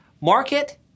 Market